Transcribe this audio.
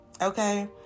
Okay